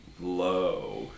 low